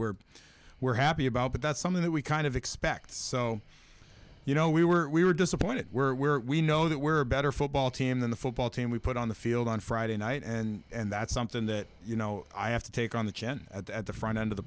we're we're happy about but that's something that we kind of expect so you know we were we were disappointed were we know that we're better football team than the football team we put on the field on friday night and that's something that you know i have to take on the chin at the front end of the